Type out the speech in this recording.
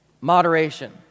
moderation